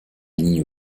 lignes